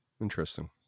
Interesting